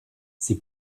sie